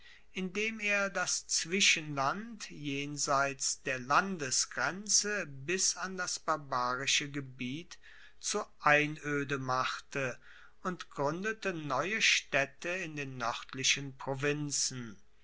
indem er das zwischenland jenseits der landesgrenze bis an das barbarische gebiet zu einoede machte und gruendete neue staedte in den noerdlichen provinzen